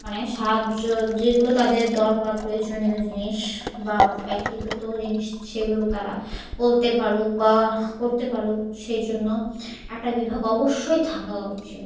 মানে সাহায্য যেগুলো তাদের দরকার প্রয়োজনীয় জিনিস বা ব্যক্তিগত জিনিস সেগুলো তারা বলতে পারুক বা করতে পারুক সেই জন্য একটা বিভাগ অবশ্যই থাকা উচিত